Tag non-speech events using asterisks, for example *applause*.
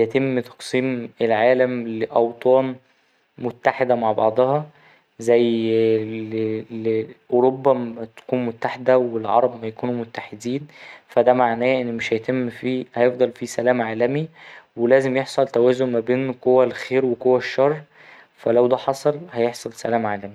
يتم تقسيم العالم لأوطان متحدة مع بعضها زي *hesitation* أوروبا لما تكون متحدة والعرب لما يكونوا متحدين فا ده معناه إن مش هيتم فيه هيفضل فيه سلام عالمي ولازم يحصل توازن ما بين قوى الخير وقوى الشر فا لو ده حصل هيحصل سلام عالمي.